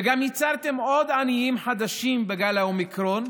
וגם ייצרתם עוד עניים חדשים בגל האומיקרון,